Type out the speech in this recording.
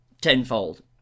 tenfold